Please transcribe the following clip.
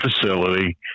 facility